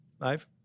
Live